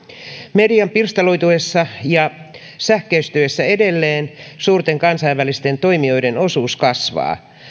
median pirstaloituessa ja sähköistyessä edelleen suurten kansainvälisten toimijoiden osuus kasvaa